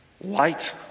light